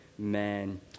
amen